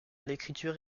l’écriture